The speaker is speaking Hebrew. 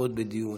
לצפות בדיון.